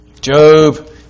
Job